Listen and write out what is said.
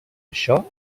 això